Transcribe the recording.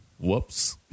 Whoops